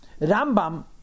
Rambam